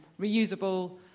reusable